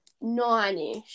nine-ish